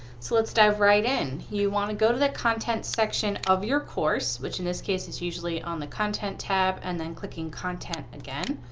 so let's dive right in. you want to go to the content section of your course, which in this case is usually on the content tab and then clicking content again.